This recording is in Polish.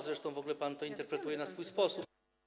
Zresztą w ogóle pan to interpretuje na swój sposób.